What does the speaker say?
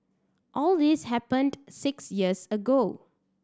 all this happened six years ago